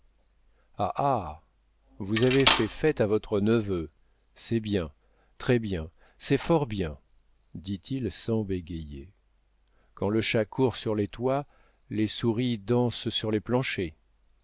vous avez fait fête à votre neveu c'est bien très bien c'est fort bien dit-il sans bégayer quand le chat court sur les toits les souris dansent sur les planchers